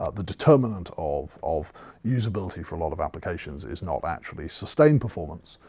ah the determinant of of usability for a lot of applications is not actually sustained performance,